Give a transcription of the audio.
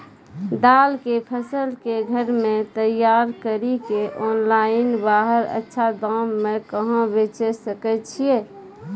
दाल के फसल के घर मे तैयार कड़ी के ऑनलाइन बाहर अच्छा दाम मे कहाँ बेचे सकय छियै?